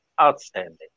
outstanding